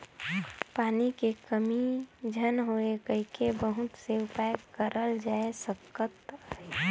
पानी के कमी झन होए कहिके बहुत से उपाय करल जाए सकत अहे